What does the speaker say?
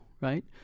right